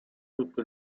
tutto